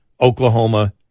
Oklahoma